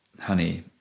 honey